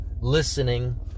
listening